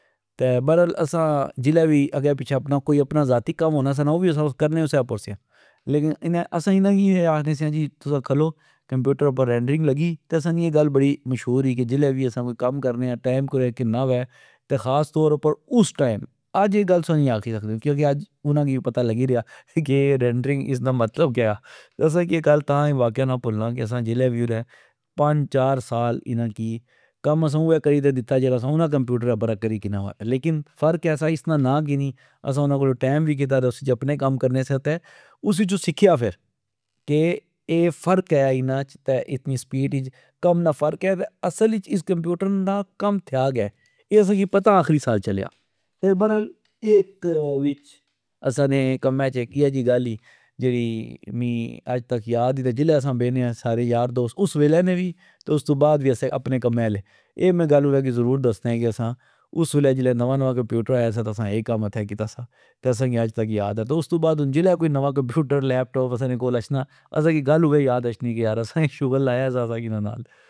تہ برل اسا جسرہ وی جیڑا اسا نا زاتی کم ہونا سا نا او وی اسا کرنے اسہ اپر سیا لیکن اسا انا کی اے آکھنے سیا کہ تسا کھلو کمپیوٹر اپر رینڈرنگ لگی تہ اسا نی اے گل بڑی مشہور ای جسلہ وی اسا کم کرنے آ ٹئم کرہ کنا وہ تہ خاص طور اپر اس ٹئم اج تسا اے گل نے آکھی سکنے ،کیاکہ اج انا کی وی پتا لگی ریا کہ اے رینڈرنگ اسنا مطلب کہ آ اسا کی اے گل تا اے واقع نا پلنا کہ اسا جسہ وی کرہ پنج چار سال انا کی کم اوئے کری دتا جیڑا اسا انا کمپیوٹرا اپر کری کنا ار لیکن فرق کہ سا اسنا نا کنی اسا انا کولٹئم وی کندا تہ اسنے وچ اپنے کم وی کرنے سیا تہ اس وچ سکھیا فر کہ ،اے فرق کہ آ انا وچ تہ اتنی سپیڈ اچ ،کم نا فرق کہ آ اصل اچ اس کمپیوٹر نا کم تھیا کہ ،اے اسا کی پتا آکھری سال چلیا ۔اے برل اے وچ اسا نے کمہ وچ اک اییہ جی گل ای جیڑی می اج تک یاد ای۔ جلہ اسا بینے آ سارے یار دوست ،اس ویلہ نے وی تہ استو بعد وی اسا اپنے کمہ آلے ،اے میں گلا انا کی ضرور دسنا کہ اس ویلہ جلہ نوا نوا کمپیوٹر آیا سا تہ اسا اے کم اتھہ کیتا سا تہ اسا کی اج تک یاد آ ۔تہ استو بعد جلہ کوئی نوا کمپیوٹر ،لیپ ٹاپ اسا کول اچھنا اسا کی گل اوئے یاد اچھنی کہ اسا شغل لایا سا کنا نال